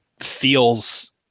feels